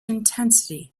intensity